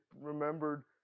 remembered